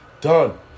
Done